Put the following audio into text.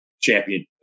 champion